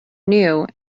new